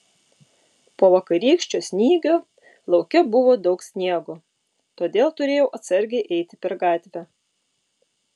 po vakarykščio snygio lauke buvo daug sniego todėl turėjau atsargiai eiti per gatvę